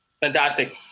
Fantastic